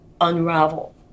unravel